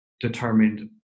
determined